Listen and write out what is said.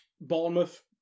Bournemouth